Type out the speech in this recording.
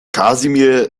kasimir